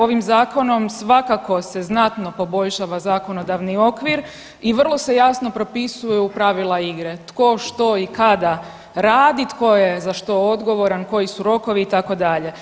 Ovim zakonom svakako se znatno poboljšava zakonodavni okvir i vrlo se jasno propisuju pravila igre, tko, što i kada radi, tko je za što odgovoran, koji su rokovi itd.